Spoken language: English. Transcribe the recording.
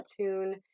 tune